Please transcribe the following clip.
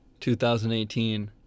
2018